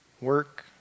work